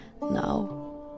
now